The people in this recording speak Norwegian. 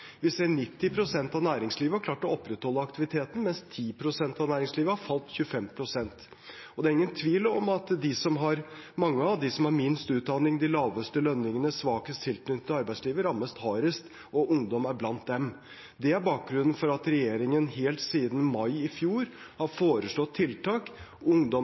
Vi ser at 90 pst. av næringslivet har klart å opprettholde aktiviteten, mens 10 pst. har falt 25 pst. Det er ingen tvil om at mange av dem som har minst utdanning, de laveste lønningene og svakest tilknytning til arbeidslivet, rammes hardest, og ungdom er blant dem. Det er bakgrunnen for at regjeringen helt siden mai i fjor har foreslått tiltak: